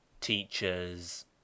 teachers